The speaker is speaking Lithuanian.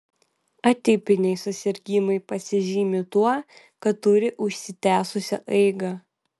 atipiniai susirgimai pasižymi tuo kad turi užsitęsusią eigą